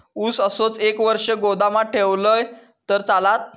ऊस असोच एक वर्ष गोदामात ठेवलंय तर चालात?